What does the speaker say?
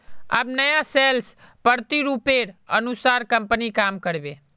अब नया सेल्स प्रतिरूपेर अनुसार कंपनी काम कर बे